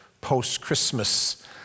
post-Christmas